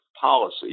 policy